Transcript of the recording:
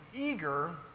eager